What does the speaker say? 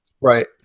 Right